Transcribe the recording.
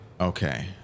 Okay